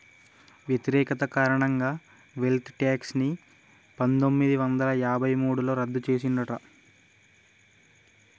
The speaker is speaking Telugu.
వ్యతిరేకత కారణంగా వెల్త్ ట్యేక్స్ ని పందొమ్మిది వందల యాభై మూడులో రద్దు చేసిండ్రట